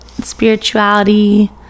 spirituality